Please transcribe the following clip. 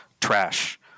Trash